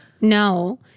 No